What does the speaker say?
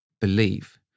believe